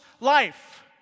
life